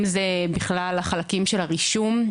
אם זה בכלל החלקים של הרישום,